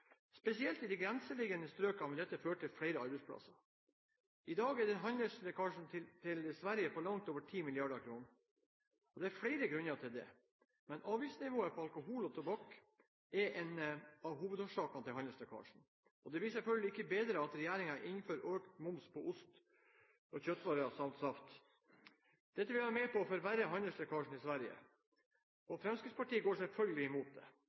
Spesielt i de grenseliggende strøkene vil dette føre til flere arbeidsplasser. I dag er handelslekkasjen til Sverige på langt over 10 mrd. kr. Det er flere grunner til det, men avgiftsnivået på alkohol og tobakk er en av hovedårsakene til handelslekkasjen. Det blir selvfølgelig ikke bedre av at regjeringen innfører økt moms på ost og kjøttvarer samt saft. Dette vil være med på å forverre handelslekkasjen til Sverige, og Fremskrittspartiet går selvfølgelig imot det.